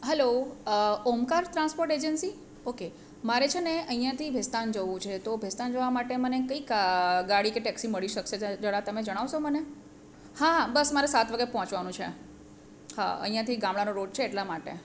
hello Omkar transport agency okay મારે છે ને અહીંયાંથી ભીસ્તાન જવું છે તો ભીસ્તાન જવા માટે મને કંઈ ક ગાડી કે ટેક્સી મળી શકશે જરા તમે જણાવશો મને હા હા બસ મારે સાત વાગે પહોંચવાનું છે હા અહીંયાંથી ગામડાનો રોડ છે એટલા માટે